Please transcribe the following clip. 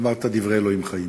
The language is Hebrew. אמרת דברי אלוהים חיים,